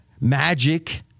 Magic